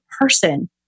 person